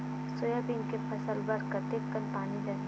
Soybean के फसल बर कतेक कन पानी लगही?